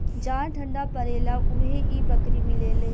जहा ठंडा परेला उहे इ बकरी मिलेले